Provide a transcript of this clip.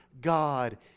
God